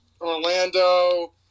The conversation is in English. Orlando